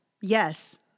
yes